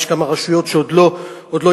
יש כמה רשויות שעוד לא הסכימו,